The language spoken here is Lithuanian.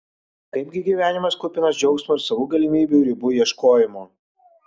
kaipgi gyvenimas kupinas džiaugsmo ir savo galimybių ribų ieškojimo